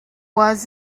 was